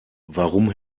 warum